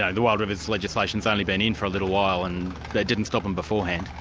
and the wild rivers legislation's only been in for a little while, and that didn't stop them beforehand.